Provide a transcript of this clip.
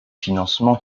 financements